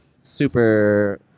super